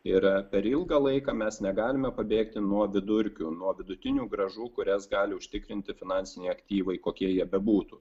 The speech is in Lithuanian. ir per ilgą laiką mes negalime pabėgti nuo vidurkių nuo vidutinių grąžų kurias gali užtikrinti finansiniai aktyvai kokie jie bebūtų